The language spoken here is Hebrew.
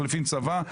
הם מחליפים את הצבא,